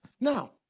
Now